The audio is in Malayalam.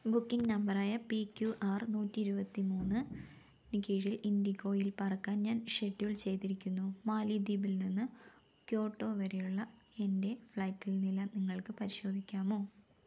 ബുക്കിംഗ് നമ്പറായ പി ക്യു ആർ നൂറ്റി ഇരുപത്തി മൂന്ന് ന് കീഴിൽ ഇൻഡിഗോയിൽ പറക്കാൻ ഞാൻ ഷെഡ്യൂൾ ചെയ്തിരിക്കുന്നു മാലിദ്വീപിൽ നിന്ന് ക്യോട്ടോ വരെയുള്ള എൻ്റെ ഫ്ലൈറ്റിൻ്റെ നില നിങ്ങൾക്ക് പരിശോധിക്കാമോ